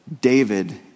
David